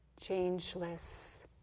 changeless